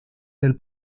del